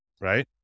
right